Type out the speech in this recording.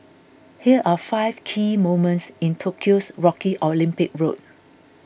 here are five key moments in Tokyo's rocky Olympic road